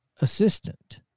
assistant